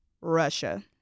Russia